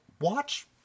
watch